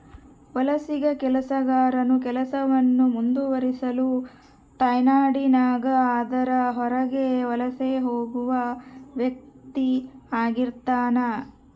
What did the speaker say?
ವಲಸಿಗ ಕೆಲಸಗಾರನು ಕೆಲಸವನ್ನು ಮುಂದುವರಿಸಲು ತಾಯ್ನಾಡಿನಾಗ ಅದರ ಹೊರಗೆ ವಲಸೆ ಹೋಗುವ ವ್ಯಕ್ತಿಆಗಿರ್ತಾನ